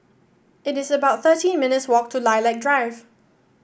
it is about thirteen minutes' walk to Lilac Drive